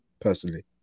personally